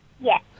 Yes